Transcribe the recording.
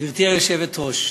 גברתי היושבת-ראש,